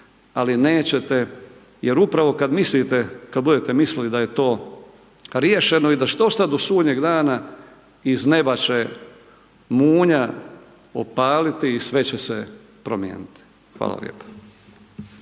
ali nećete jer upravo kad mislite, kad budete mislili da je to riješeno i da ćete ostat do sudnjeg dana iz neba će munja opaliti i sve će se promijeniti. Hvala lijepo.